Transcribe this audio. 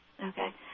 Okay